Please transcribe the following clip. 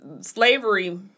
slavery